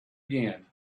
again